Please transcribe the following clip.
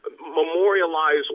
memorialize